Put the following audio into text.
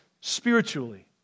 spiritually